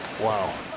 Wow